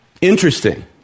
Interesting